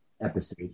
episode